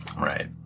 Right